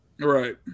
Right